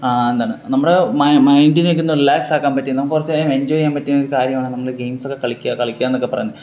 എന്താണ് നമ്മള് മൈൻഡിനെ ഒക്കെ ഒന്ന് റിലാക്സ് ആക്കാൻ പറ്റിയ നമുക്ക് കുറച്ച് നേരം എൻജോയ് ചെയ്യാൻ പറ്റിയ ഒരു കാര്യമാണ് നമ്മള് ഗെയിംസൊക്കെ കളിക്ക കളിക്കുക എന്നൊക്കെ പറയുന്ന ത്